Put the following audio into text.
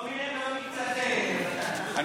לא מיניה ולא מקצתיה, מתן.